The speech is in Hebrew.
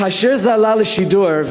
כאשר זה עלה לשידור,